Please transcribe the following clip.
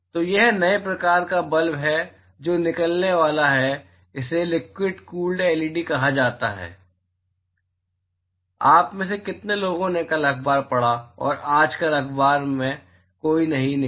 तो यह नए प्रकार का बल्ब है जो निकलने वाला है इसे लिक्विड कूल्ड एलईडी कहा जाता है आप में से कितने लोगों ने कल अखबार पढ़ा और आज कल अखबार में कोई नहीं निकला